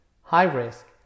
high-risk